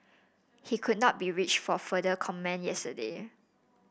he could not be reached for further comment yesterday